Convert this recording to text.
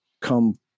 come